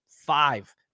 five